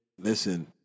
Listen